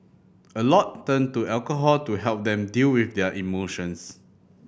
a lot turn to alcohol to help them deal with their emotions